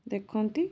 ଦେଖନ୍ତି